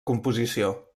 composició